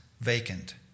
vacant